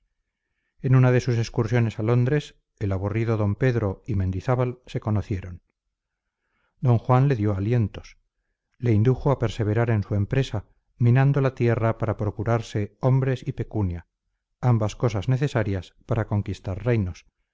en una de sus excursiones a londres el aburrido d pedro y mendizábal se conocieron don juan le dio alientos le indujo a perseverar en su empresa minando la tierra para procurarse hombres y pecunia ambas cosas necesarias para conquistar reinos